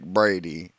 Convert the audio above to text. Brady